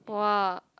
!wah!